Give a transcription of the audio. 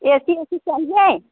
AC वेसी चाहिए